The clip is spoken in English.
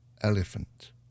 Elephant